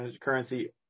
currency